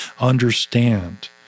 understand